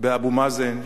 באבו מאזן,